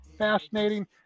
Fascinating